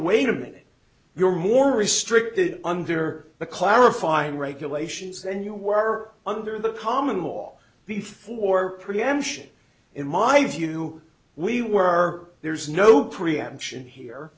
wait a minute you're more restricted under the clarifying regulations and you were under the common law before preemption in my view we were there's no preemption here